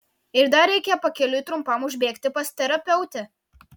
ir dar reikia pakeliui trumpam užbėgti pas terapeutę